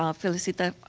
um felicita,